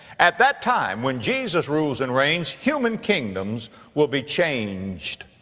at that time, when jesus rules and reigns, human kingdoms will be changed.